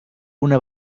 una